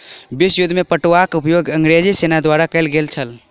विश्व युद्ध में पटुआक उपयोग अंग्रेज सेना द्वारा कयल गेल छल